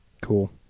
Cool